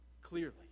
clearly